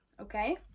okay